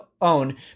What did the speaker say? own